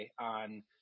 on